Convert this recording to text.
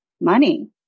Money